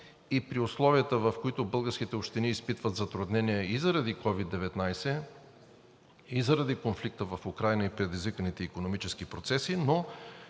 и при условията, в които българските общини изпитват затруднения и заради COVID-19, и заради конфликта в Украйна, и предизвиканите икономически процеси, но